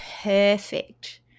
perfect